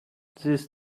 this